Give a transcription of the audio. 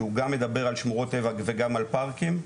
שהוא גם מדבר על שמורות טבע וגם על פארקים,